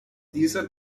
dieser